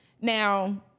Now